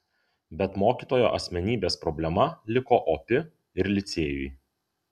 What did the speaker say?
bet mokytojo asmenybės problema liko opi ir licėjui